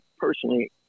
personally